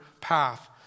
path